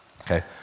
Okay